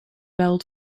belt